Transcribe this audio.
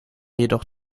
jedoch